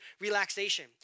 relaxation